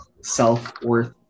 self-worth